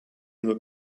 nur